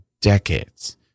decades